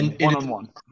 one-on-one